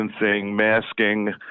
masking